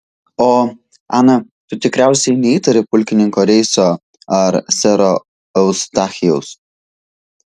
o ana tu tikriausiai neįtari pulkininko reiso ar sero eustachijaus